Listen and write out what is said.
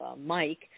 Mike